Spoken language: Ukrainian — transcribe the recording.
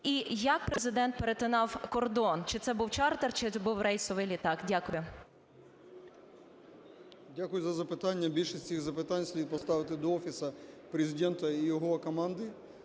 І як Президент перетинав кордон, чи це був чартер, чи був рейсовий літак? Дякую. 10:59:46 ПРИСТАЙКО В.В. Дякую за запитання. Більшість цих запитань слід поставити до Офісу Президента і його команди.